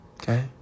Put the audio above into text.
Okay